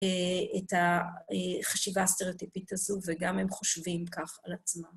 את החשיבה הסטראוטיפית הזו, וגם הם חושבים כך על עצמם.